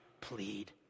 plead